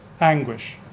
anguish